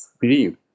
believe